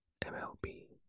MLB